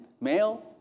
male